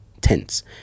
Tense